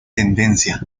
tendencia